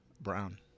Brown